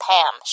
Pam